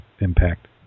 impact